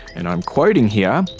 and i'm quoting here,